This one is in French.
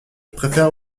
préfère